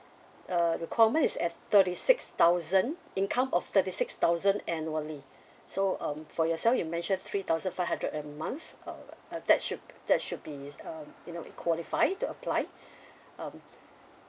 uh requirement is at thirty six thousand income of thirty six thousand annually so um for yourself you mentioned three thousand five hundred a month uh that should that should be um you know it qualified to apply um